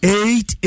eight